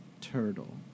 turtle